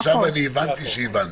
הינה, עכשיו אני הבנתי שהבנת.